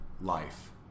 life